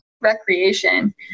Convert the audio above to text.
Recreation